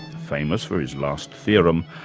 famous for his last theorem,